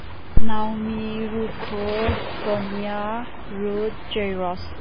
ꯅꯥꯎꯃꯤ ꯔꯨꯈꯣꯔ Sonia Ruth ꯆꯩꯔꯣꯁ